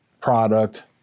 product